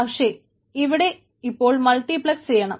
പക്ഷേ ഇവിടെ ഇപ്പോൾ മൾട്ടിപ്ലക്സ് ചെയ്യണം